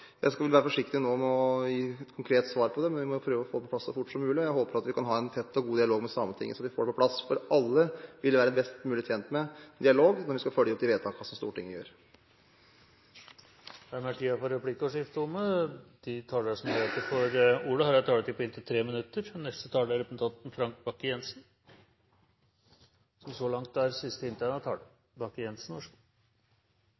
Jeg skal vel være forsiktig nå med å gi et konkret svar på det, men vi må jo prøve å få det på plass så fort som mulig, og jeg håper at vi kan ha en tett og god dialog med Sametinget, så vi får det på plass – for alle ville være best mulig tjent med dialog når vi skal følge opp de vedtakene som Stortinget gjør. Dermed er replikkordskiftet omme. De talere som heretter får ordet, har en taletid på inntil 3 minutter. Da jeg i innlegget mitt sa at vi faktisk har sett en utvikling i denne saken de siste